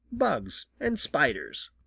bugs and spiders.